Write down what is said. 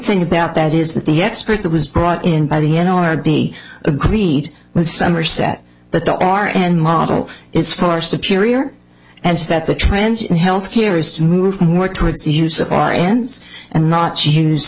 thing about that is that the expert that was brought in by the n l r b agreed with somerset that the r and model is far superior and that the trend in health care is to move more towards the use of our ns and not use